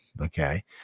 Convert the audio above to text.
Okay